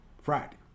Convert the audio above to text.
Friday